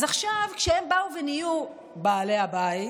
אז עכשיו כשהם באו ונהיו בעלי הבית,